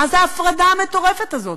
מה זה ההפרדה המטורפת הזאת?